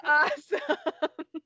awesome